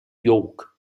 york